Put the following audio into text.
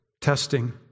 testing